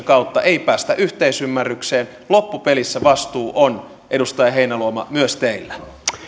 kautta ei päästä yhteisymmärrykseen loppupelissä vastuu on edustaja heinäluoma myös teillä